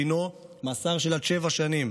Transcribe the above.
דינו" דינו מאסר של עד שבע שנים.